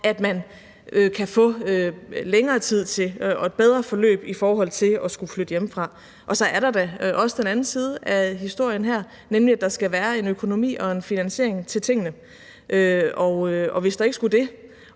at man kan få længere tid til det og et bedre forløb i forhold til at skulle flytte hjemmefra. Så er der da også den anden side af historien her, nemlig at der skal være en økonomi og en finansiering af tingene. Og hvis der ikke skulle være